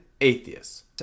atheists